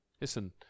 Listen